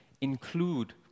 include